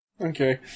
Okay